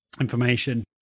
information